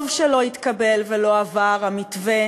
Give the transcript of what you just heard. טוב שלא התקבל ולא עבר המתווה,